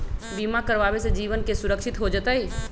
बीमा करावे से जीवन के सुरक्षित हो जतई?